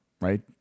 right